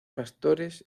pastores